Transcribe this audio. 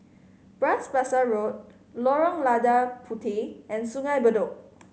Bras Basah Road Lorong Lada Puteh and Sungei Bedok